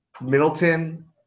Middleton